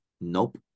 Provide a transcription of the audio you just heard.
nope